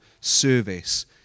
service